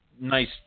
nice